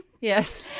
Yes